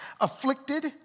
afflicted